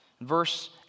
Verse